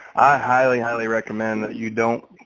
highly, highly recommend that you don't,